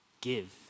give